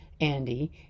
Andy